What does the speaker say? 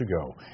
ago